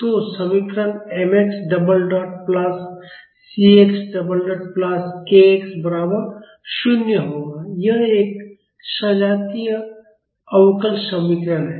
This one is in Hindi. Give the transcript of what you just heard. तो समीकरण mx double dot plus cx dot plus kx बराबर 0 होगा यह एक सजातीय अवकल समीकरण है